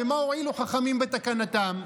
ומה הועילו חכמים בתקנתם?